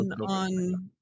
on